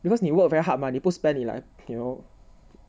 because 你 work very hard mah 你不 spend 你 like you know